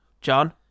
John